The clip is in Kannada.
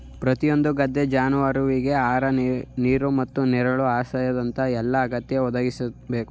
ಪ್ರತಿಯೊಂದು ಗದ್ದೆ ಜಾನುವಾರುವಿಗೆ ಆಹಾರ ನೀರು ಮತ್ತು ನೆರಳು ಆಶ್ರಯದಂತ ಎಲ್ಲಾ ಅಗತ್ಯ ಒದಗಿಸ್ಬೇಕು